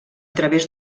través